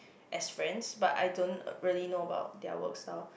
as friends but I don't really know about their about their work style